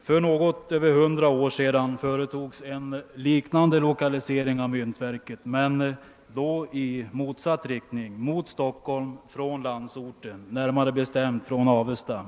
För något över hundra år sedan företogs en liknande lokalisering av myntverket, men då i motsatt riktning: mot Stockholm från landsorten, närmare bestämt från Avesta.